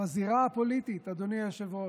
בזירה הפוליטית, אדוני היושב-ראש,